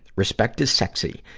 respect is sexy.